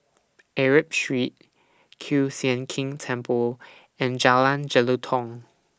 Arab Street Kiew Sian King Temple and Jalan Jelutong